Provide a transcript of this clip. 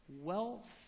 wealth